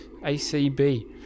ACB